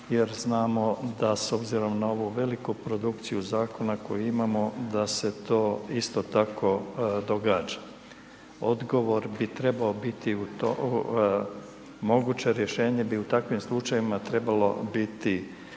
jer znamo da s obzirom na ovu veliku produkciju Zakona koju imamo, da se to isto tako događa. Odgovor bi trebao biti, moguće rješenje bi u takvim slučajevima trebalo biti